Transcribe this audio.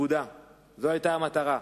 זו היתה המטרה.